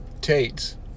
Tate's